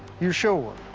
you're sure?